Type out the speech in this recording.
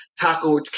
Taco